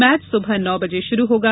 match सुबह नौ बजे शुरू होगा